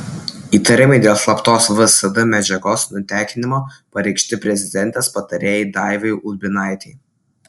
įtarimai dėl slaptos vsd medžiagos nutekinimo pareikšti prezidentės patarėjai daivai ulbinaitei